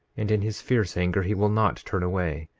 and in his fierce anger he will not turn away.